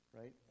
right